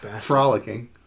frolicking